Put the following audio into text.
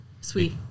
sweet